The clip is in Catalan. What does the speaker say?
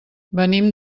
venim